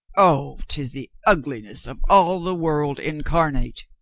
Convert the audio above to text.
oh, tis the ugliness of all the world incarnate.